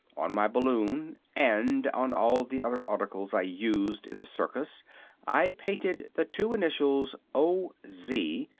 on my balloon and on all the other articles i used in the circus i painted the two initials o. z,